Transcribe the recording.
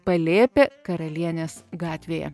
palėpė karalienės gatvėje